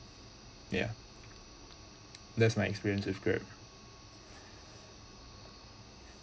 ya that's my experience with grab